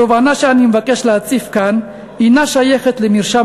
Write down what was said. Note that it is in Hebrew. התובנה שאני מבקש להציף כאן אינה שייכת למרשם